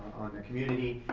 on the community,